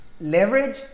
leverage